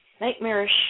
nightmarish